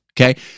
Okay